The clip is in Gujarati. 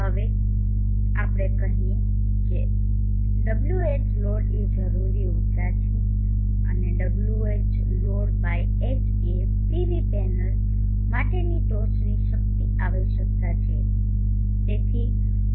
હવે ચાલો આપણે કહીએ કે WhLoad એ જરૂરી ઊર્જા છે અને WhLoad by H એ PV પેનલ માટેની ટોચની શક્તિ આવશ્યકતા છે